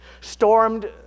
stormed